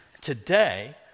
today